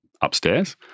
upstairs